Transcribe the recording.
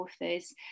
authors